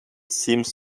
seems